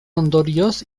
ondorioz